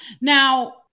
Now